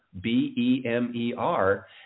B-E-M-E-R